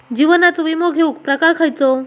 जीवनाचो विमो घेऊक प्रकार खैचे?